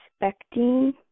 expecting